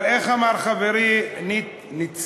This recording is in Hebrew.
אבל איך אמר חברי, ניצן,